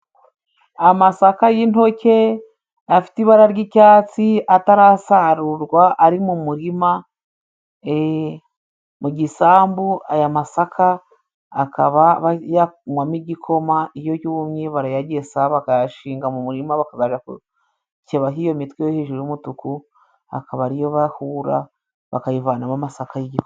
Amasaka y'intoke afite ibara ry'icyatsi atarasarurwa, ari mu murima mu gisambu. Aya masaka akaba bayanywamo igikoma. Iyo yumye barayagesa bakayashinga mu murima bagakebaho iyo mitwe yo hejuru y'umutuku, akaba ariyo bahura bakayivanamo amasaka y'igikoma.